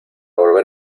volver